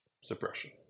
suppression